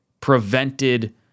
prevented